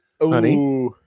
honey